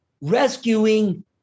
rescuing